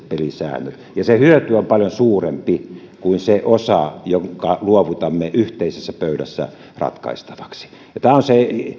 pelisäännöt ja se hyöty on paljon suurempi kuin se osa jonka luovutamme yhteisessä pöydässä ratkaistavaksi tämä on se